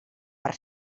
per